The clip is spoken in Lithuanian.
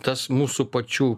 tas mūsų pačių